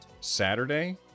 Saturday